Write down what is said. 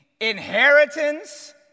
inheritance